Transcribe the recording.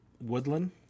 woodland